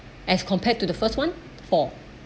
as compared to the first one four